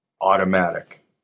automatic